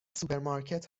سوپرمارکت